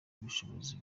ubushobozi